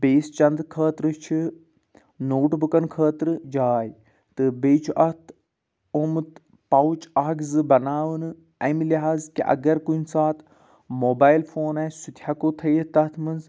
بیٚیِس چَندٕ خٲطرٕ چھِ نوٹ بُکَن خٲطرٕ جاے تہٕ بیٚیہِ چھُ اَتھ آمُت پاوُچ اَکھ زٕ بَناونہٕ اَمہِ لحاظ کہ اگر کُنہِ ساتہٕ موبایل فون آسہِ سُہ تہِ ہٮ۪کو تھٲیِتھ تَتھ منٛز